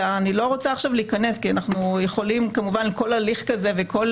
אני לא רוצה עכשיו להיכנס כי אנחנו יכולים כמובן על כל הליך כזה ועל כל